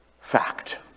fact